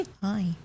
Hi